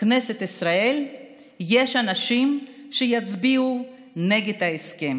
בכנסת ישראל יש אנשים שיצביעו נגד הסכם